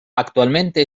actualmente